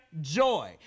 joy